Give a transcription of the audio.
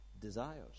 desires